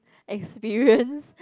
experience